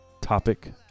topic